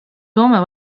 soome